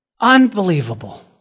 Unbelievable